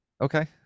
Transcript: Okay